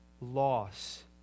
loss